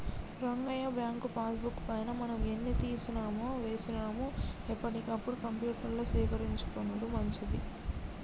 Rangayya bank passbook పైన మనం ఎన్ని తీసినామో వేసినాము ఎప్పటికప్పుడు కంప్యూటర్ల సేకరించుకొనుడు మంచిది